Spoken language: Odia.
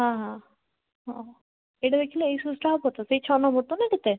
ହଁ ହଁ ହଁ ଏଇଟା ଦେଖିଲେ ଏଇ ସୁଜ୍ଟା ହବ ତ ସେଇ ଛଅ ନମ୍ବର ତ ନା କେତେ